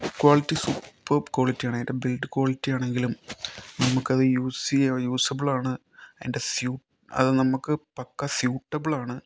quality superb ക്വാളിറ്റിയാണ് അതിൻ്റെ build quality ആണെങ്കിലും നമുക്കത് യൂസെയ്യാൻ യൂസബിൾ ആണ് അതിൻ്റെ സ്യു അത് നമുക്ക് പക്കാ സ്യൂട്ടബിളാണ്